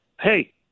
hey